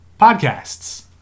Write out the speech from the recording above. podcasts